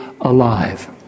alive